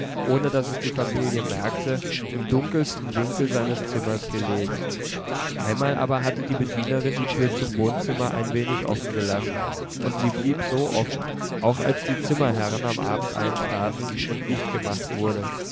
ohne daß es die familie merkte im dunkelsten winkel seines zimmers gelegen einmal aber hatte die bedienerin die tür zum wohnzimmer ein wenig offen gelassen und sie blieb so offen auch als die zimmerherren am abend eintraten und licht gemacht wurde